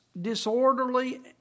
disorderly